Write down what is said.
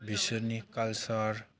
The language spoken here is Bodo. बिसोरनि कालचार